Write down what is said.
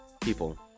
people